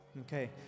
Okay